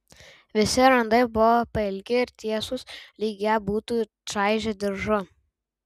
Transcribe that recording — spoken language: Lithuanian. visi randai buvo pailgi ir tiesūs lyg ją būtų čaižę diržu